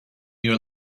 your